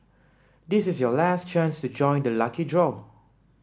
this is your last chance to join the lucky draw